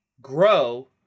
grow